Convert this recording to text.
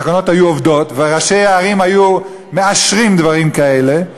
התקנות היו עובדות וראשי הערים היו מאשרים דברים כאלה,